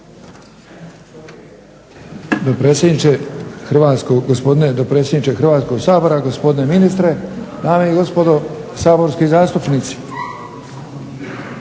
dopredsjedniče Hrvatskog sabora, gospodine ministre, dame i gospodo saborski zastupnici.